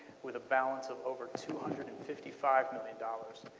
with a balance of over two hundred and fifty five million dollars.